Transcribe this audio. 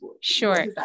sure